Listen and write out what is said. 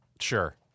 Sure